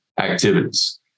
activities